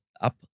up